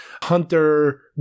hunter